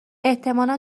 احتمالا